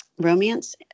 romance